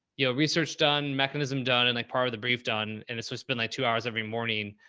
yeah, research done mechanism done, and like part of the brief done and it's we spend like two hours every morning,